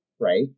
Right